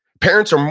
parents are,